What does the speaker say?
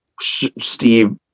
Steve